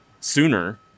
sooner